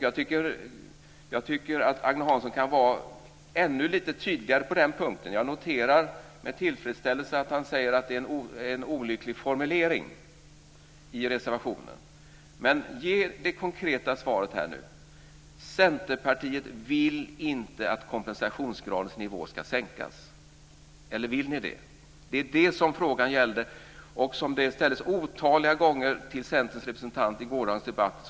Jag tycker att Agne Hansson kan vara ännu lite tydligare på den punkten. Jag noterar med tillfredsställelse att han säger att det är en olycklig formulering i reservationen. Men ge det konkreta svaret nu. Centerpartiet vill inte att kompensationsgradens nivå ska sänkas, eller vill ni det? Det var det som frågan gällde. Den ställdes otaliga gånger till Centerns representant i gårdagens debatt.